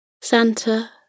Santa